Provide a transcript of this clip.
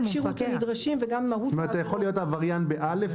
זאת אומרת אתה יכול להיות עבריין ב-א'